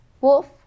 wolf